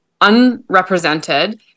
unrepresented